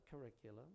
curriculum